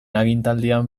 agintaldian